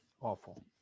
awful